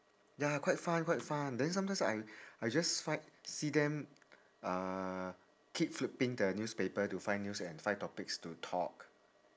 ya quite fun quite fun then sometimes I I just fi~ see them uh keep flipping their newspaper to find news and find topics to talk